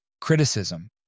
criticism